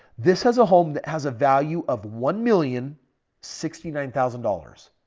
this has a home that has a value of one million sixty nine thousand dollars.